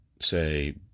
say